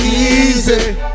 Easy